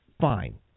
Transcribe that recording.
Fine